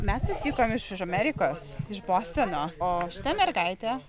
mes atvykom iš iš amerikos iš bostono o šita mergaitė